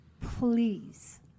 Please